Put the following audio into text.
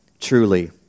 truly